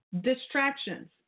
Distractions